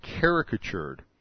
caricatured